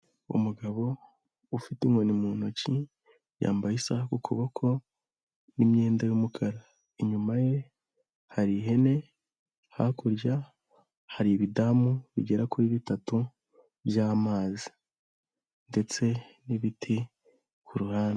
Umugabo ufite inkoni mu ntoki, yambaye isaha ku kuboko n'imyenda y'umukara, inyuma ye hari ihene, hakurya hari ibidamu bigera kuri bitatu by'amazi ndetse n'ibiti ku ruhande.